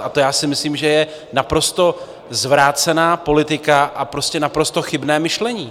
A to já si myslím, že je naprosto zvrácená politika a naprosto chybné myšlení.